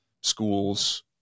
schools